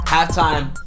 Halftime